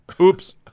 Oops